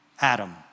Adam